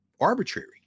arbitrary